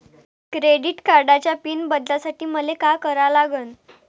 Credit कार्डाचा pin बदलासाठी मले का करा लागन?